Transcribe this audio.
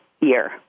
year